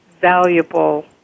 valuable